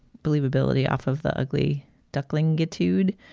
believability off of the ugly duckling etude.